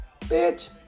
Bitch